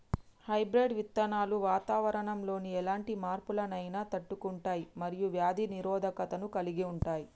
hybrid విత్తనాలు వాతావరణంలోని ఎలాంటి మార్పులనైనా తట్టుకుంటయ్ మరియు వ్యాధి నిరోధకతను కలిగుంటయ్